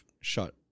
shot